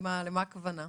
למה הכוונה?